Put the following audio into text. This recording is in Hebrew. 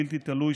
בלתי תלוי,